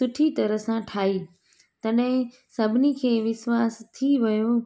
सुठी तरह सां ठाही तॾहिं सभिनी खे विश्वास थी वियो